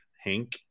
Hank